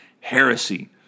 heresy